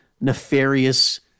nefarious